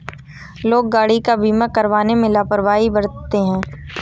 लोग गाड़ी का बीमा करवाने में लापरवाही बरतते हैं